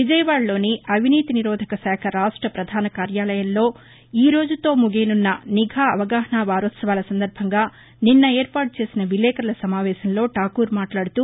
విజయవాడలోని అవినీతినిరోధక శాఖ రాష్ట పధాన కార్యాలయంలో ఈ రోజుతో ముగియనున్న నిఘాఅవగాహనా వారోత్సాల సందర్భంగా నిన్న ఏర్పాటు చేసిన విలేకరుల సమావేశంలో ఠాకూర్ మాట్లాడుతూ